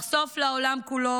לחשוף לעולם כולו,